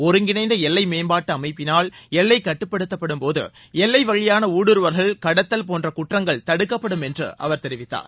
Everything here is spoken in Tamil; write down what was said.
ஒருங்கிணைந்த எல்லை மேம்பாட்டு அமைப்பினால் எல்லைக் கட்டுப்படுத்தப்படும்போது எல்லை வழியான ஊடுருவல்கள் கடத்தல் போன்ற குற்றங்கள் தடுக்கப்படும் என்று அவர் தெரிவித்தார்